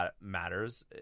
matters